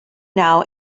now